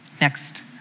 Next